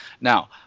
Now